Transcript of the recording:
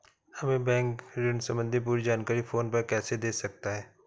हमें बैंक ऋण संबंधी पूरी जानकारी फोन पर कैसे दे सकता है?